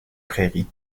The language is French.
prairies